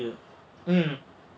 mmhmm